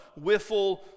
wiffle